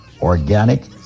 organic